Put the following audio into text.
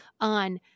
on